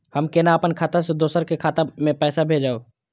हम केना अपन खाता से दोसर के खाता में पैसा भेजब?